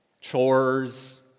chores